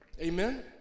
Amen